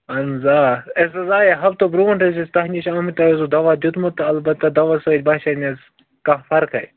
اہن حظ آ أسۍ حظ آے ہفتہٕ برونٹھ ٲسۍ أسۍ تۄہہِ نِش آمٕتۍ تۄہہِ اوسو دوا دِیُتمُت البتہ دوا سۭتۍ باسے نہٕ مےٚ کانہہ فرقٕے